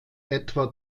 etwa